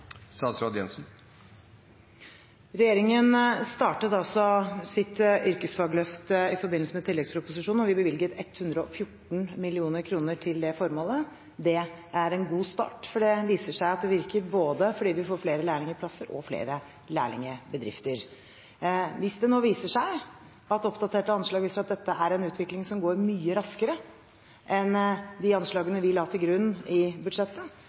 Regjeringen startet altså sitt yrkesfagløft i forbindelse med tilleggsproposisjonen, og vi bevilget 114 mill. kr til det formålet. Det er en god start, for det viser seg at det virker – både fordi vi får flere lærlingplasser og flere lærlingbedrifter. Hvis det nå viser seg at oppdaterte anslag viser at dette er en utvikling som går mye raskere enn de anslagene vi la til grunn i budsjettet,